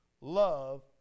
love